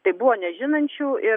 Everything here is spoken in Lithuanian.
tai buvo nežinančių ir